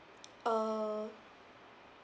uh